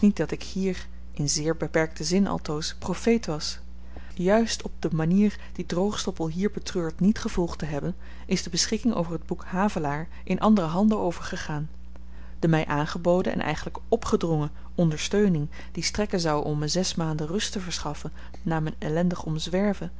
dat ik hier in zeer beperkten zin altoos profeet was juist op de manier die droogstoppel hier betreurt niet gevolgd te hebben is de beschikking over t boek havelaar in andere handen overgegaan de my aangeboden en eigenlyk opgedrongen ondersteuning die strekken zou om me zes maanden rust teverschaffen na m'n ellendig omzwerven